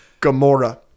Gamora